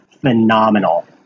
phenomenal